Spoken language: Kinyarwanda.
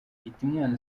hitimana